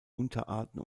unterarten